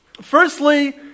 Firstly